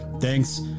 thanks